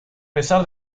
pesar